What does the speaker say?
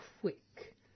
quick